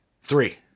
three